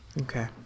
Okay